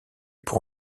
pour